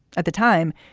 at the time,